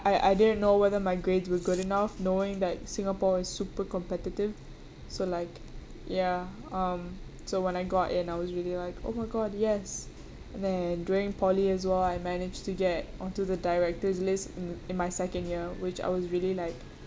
I I didn't know whether my grades were good enough knowing that singapore is super competitive so like ya um so when I got in and I was really like oh my god yes and then during poly as well I managed to get onto the director's list in in my second year which I was really like